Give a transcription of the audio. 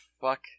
fuck